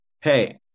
hey